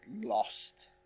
lost